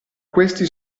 questi